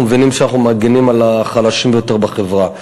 אנחנו מבינים שאנחנו מגינים על החלשים ביותר בחברה.